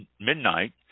midnight